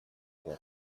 che